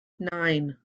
nine